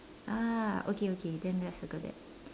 ah okay okay then let's circle that